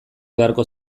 beharko